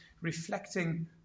reflecting